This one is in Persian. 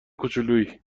کوچولویی